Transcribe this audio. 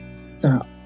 stop